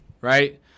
right